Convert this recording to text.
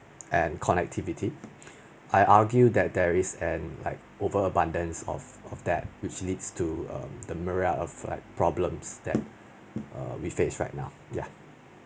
and connectivity I argue that there is an like over abundance of of that which leads to um the mirage of like problem that um we face right now ya